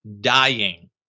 dying